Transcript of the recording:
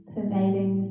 pervading